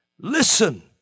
Listen